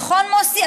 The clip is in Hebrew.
נכון, מוסי?